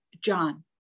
John